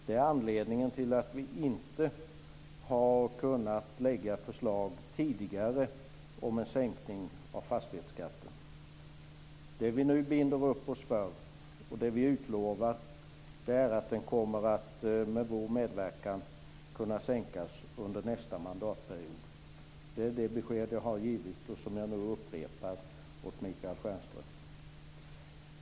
Det är anledningen till att vi tidigare inte har kunnat lägga fram förslag om en sänkning av fastighetsskatten. Det vi nu binder upp oss för och det vi utlovar är att den med vår medverkan kommer att kunna sänkas under nästa mandatperiod. Det är det besked jag har givit och som jag nu upprepar för Michael Stjernström.